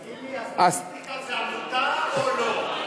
תגיד לי, הסטטיסטיקה זה עמותה, או לא?